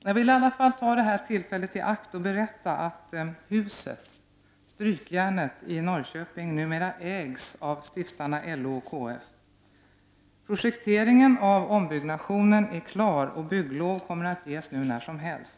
Jag vill ändå ta tillfället i akt för att berätta att huset — Strykjärnet i Norrköping — numera ägs av stiftarna LO och KF. Projekteringen av ombyggnationen är klar, och bygglov kommer att ges när som helst.